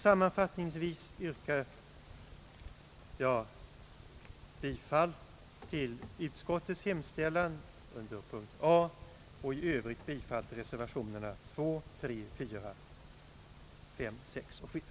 Sammanfattningsvis yrkar jag bifall till utskottets hemställan under punkten A och i övrigt bifall till reservationerna II, III, IV, V, VI och VII